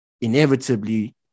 inevitably